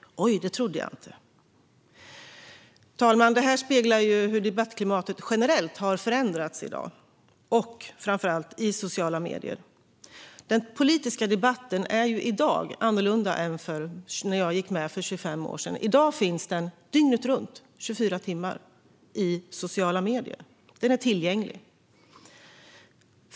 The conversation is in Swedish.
Oj, det trodde jag inte! Fru talman! Detta speglar hur debattklimatet generellt har förändrats - och framför allt i sociala medier. Den politiska debatten ser annorlunda ut i dag än den gjorde när jag gick med för 25 år sedan. I dag pågår den dygnet runt i sociala medier. Den är tillgänglig.